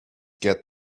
get